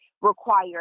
require